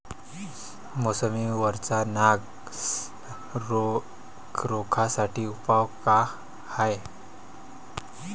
मोसंबी वरचा नाग रोग रोखा साठी उपाव का हाये?